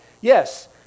Yes